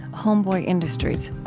homeboy industries